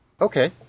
okay